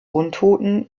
untoten